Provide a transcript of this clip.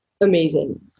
amazing